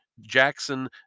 Jackson